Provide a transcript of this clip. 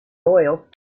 doyle